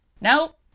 no